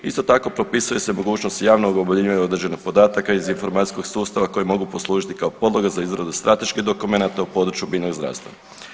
Isto tako propisuje se mogućnost javnog objavljivanja određenih podataka iz informacijskog sustava koji mogu poslužiti kao podloga za izradu strateških dokumenata u području biljnog zdravstva.